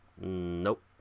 Nope